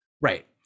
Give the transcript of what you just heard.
Right